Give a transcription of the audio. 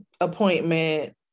appointment